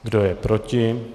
Kdo je proti?